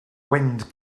wind